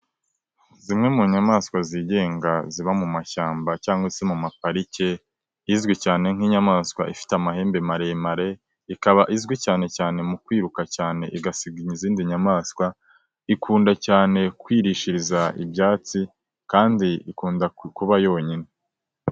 Zimwe mu nyamaswa zigenga ziba mu mashyamba cyangwa se mu maparike izwi cyane nk'inyamaswa ifite amahembe maremare ikaba izwi cyane cyane mu kwiruka cyane igasiga izindi nyamaswa ikunda cyane kwirishiriza ibyatsi kandi ikunda kuba yonyine.